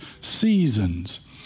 seasons